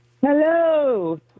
Hello